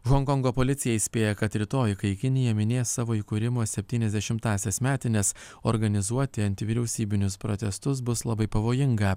honkongo policija įspėja kad rytoj kai kinija minės savo įkūrimo septyniasdešimtąsias metines organizuoti antivyriausybinius protestus bus labai pavojinga